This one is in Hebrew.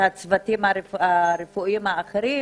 לכסות צוותים רפואיים אחרים,